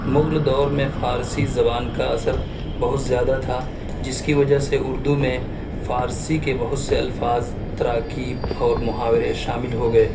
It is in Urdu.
مغل دور میں فارسی زبان کا اثر بہت زیادہ تھا جس کی وجہ سے اردو میں فارسی کے بہت سے الفاظ تراکیب اور محاورے شامل ہو گئے